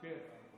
כן.